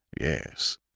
Yes